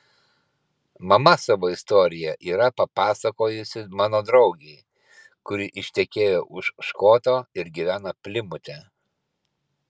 mama savo istoriją yra papasakojusi mano draugei kuri ištekėjo už škoto ir gyvena plimute